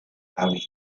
avi